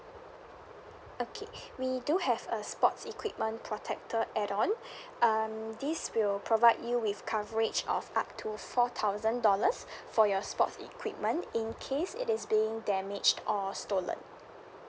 okay we do have a sports equipment protector add on um this will provide you with coverage of up to four thousand dollars for your sports equipment in case it is being damaged or stolen